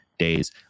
days